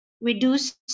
reduce